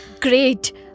Great